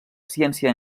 ciència